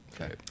Okay